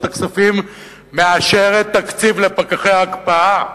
הכספים מאשרת תקציב לפקחי ההקפאה,